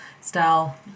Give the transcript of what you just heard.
style